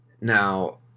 Now